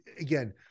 again